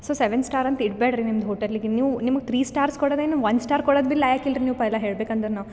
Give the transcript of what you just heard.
so seven star ಅಂತ ಇಡಬೇಡ್ರಿ ನಿಮ್ದು ಹೋಟೆಲಿಗೆ ನೀವು ನಿಮ್ಗೆ ತ್ರೀ ಸ್ಟಾರ್ಸ್ ಕೊಡೋದೆನು ಒಂದು ಸ್ಟಾರ್ ಕೊಡೋದ್ ಬಿ ಲಾಯಕ್ಕಿಲ್ರಿ ನೀವು ಪೈಲಾ ಹೇಳ್ಬೇಕಂದ್ರೆ ನಾವು